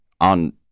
on